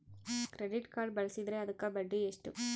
Credit card ಬಳಸಿದ್ರೇ ಅದಕ್ಕ ಬಡ್ಡಿ ಎಷ್ಟು?